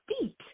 feet